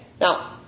Now